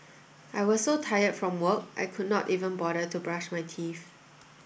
I was so tired from work I could not even bother to brush my teeth